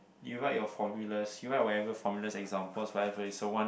you write your formulas you write whatever formulas examples whatever you want